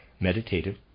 meditative